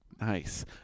nice